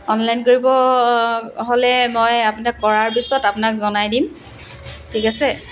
online কৰিব হ'লে মই আপোনাক কৰাৰ পিছত আপোনাক জনাই দিম ঠিক আছে